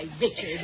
Richard